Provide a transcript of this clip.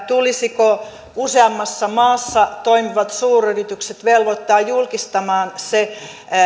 tulisiko useammassa maassa toimivat suuryritykset velvoittaa julkistamaan se